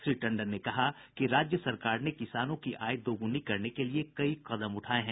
श्री टंडन ने कहा कि राज्य सरकार ने किसानों की आय दोगुनी करने के लिए कई कदम उठाये हैं